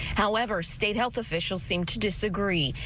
however state health officials seem to disagree.